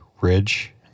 ridge